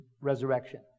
resurrection